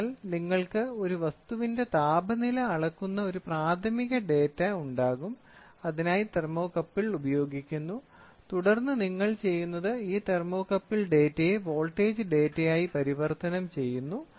അതിനാൽ നിങ്ങൾക്ക് ഒരു വസ്തുവിന്റെ താപനില അളക്കുന്ന ഒരു പ്രാഥമിക ഡാറ്റ ഉണ്ടാകും അതിനായി തെർമോകപ്പിൾ ഉപയോഗിക്കുന്നു തുടർന്ന് നിങ്ങൾ ചെയ്യുന്നത് ഈ തെർമോകപ്പിൾ ഡാറ്റയെ വോൾട്ടേജ് ഡാറ്റയായി പരിവർത്തനം ചെയ്യുന്നു